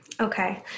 Okay